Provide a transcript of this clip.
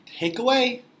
takeaway